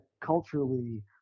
culturally